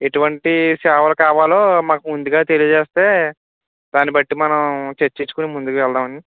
ఎటువంటి సేవలు కావాలో మాకు ముందుగా తెలియజేస్తే దాన్నిబట్టి మనం చర్చించుకొని ముందుగా వెళ్దాం అండి